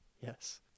Yes